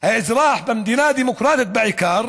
לאזרח במדינה הדמוקרטית, ובעיקר